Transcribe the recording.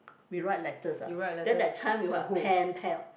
we write letters ah then that time we will have pen pal